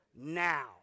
now